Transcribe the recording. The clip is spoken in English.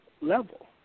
level